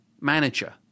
manager